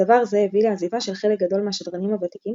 דבר זה הביא לעזיבה של חלק גדול מהשדרנים הוותיקים